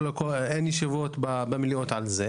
אין במליאות ישיבות על זה,